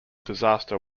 disaster